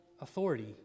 authority